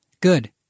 Good